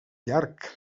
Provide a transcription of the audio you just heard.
llarg